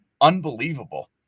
unbelievable